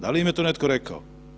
Da li im je to netko rekao?